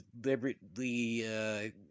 deliberately